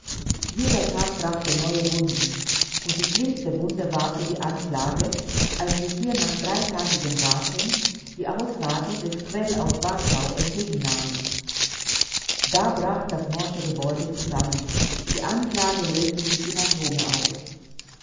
jeder tag brachte neue wunden und die schlimmste wunde war für die anklage als wir hier nach dreitagigem warten die aussage des cwell aus warschau entgegennahmen da brach das morsche gebäude zusammen die anklage löste sich in atome auf